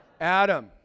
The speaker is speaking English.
Adam